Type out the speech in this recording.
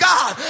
God